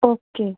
okay